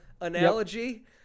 analogy